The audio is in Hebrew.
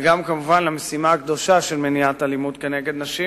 וגם כמובן למשימה הקדושה של מניעת אלימות נגד נשים.